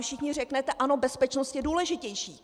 Všichni řeknete ano, bezpečnost je důležitější.